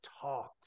talked